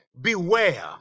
Beware